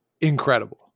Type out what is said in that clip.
incredible